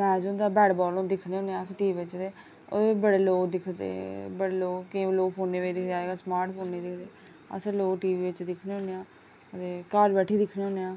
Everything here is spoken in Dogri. मैच होंदा बैड़ बाल होंदा दिखने होनें आं टी विया च ते ओह्दे च बड़े लोग केईं लोग फोनें बिच दिक्खदे अज्ज कल स्मार्ट फोन चले दे अज्ज कल लोग टी विया च दिखने होनें आं घर बैठियै दिखनें होनें आं